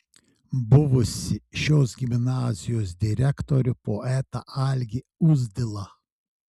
buvusį šios gimnazijos direktorių poetą algį uzdilą